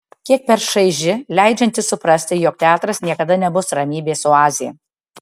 kiek per šaiži leidžianti suprasti jog teatras niekada nebus ramybės oazė